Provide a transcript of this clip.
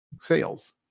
sales